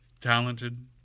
talented